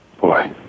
Boy